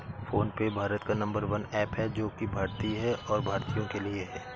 phone पे भारत का number one app है जो की भारतीय है और भारतीयों के लिए है